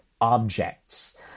objects